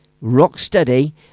rock-steady